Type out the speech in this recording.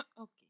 Okay